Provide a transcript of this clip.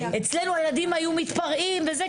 אצלנו הילדים היו מתפרעים וזה,